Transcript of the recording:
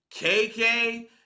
KK